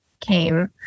came